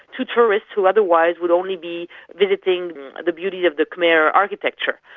to tourists who otherwise would only be visiting the beauty of the khmer architecture.